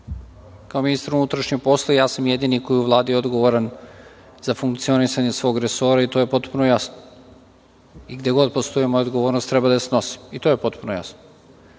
Kao ministar unutrašnjih poslova, ja sam jedini koji je u Vladi odgovoran za funkcionisanje svog resora i to je potpuno jasno. I gde god postoji moja odgovornost, treba da je snosim. I to je potpuno jasno. Samo